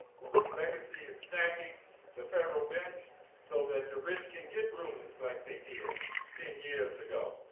whose legacy is stacking the federal bench so that the rich can get rulings like they did ten years ago.